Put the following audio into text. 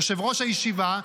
יושב-ראש הישיבה,